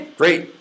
great